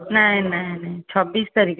ନାଇଁ ନାଇଁ ନାଇଁ ଛବିଶ ତାରିଖରେ